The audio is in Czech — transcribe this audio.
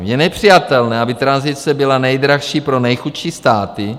Je nepřijatelné, aby tranzice byla nejdražší pro nejchudší státy.